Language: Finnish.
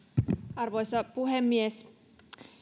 arvoisa puhemies